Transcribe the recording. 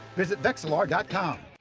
visit vexilar dot com